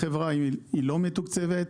החברה היא לא מתוקצבת,